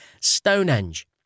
Stonehenge